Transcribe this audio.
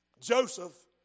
Joseph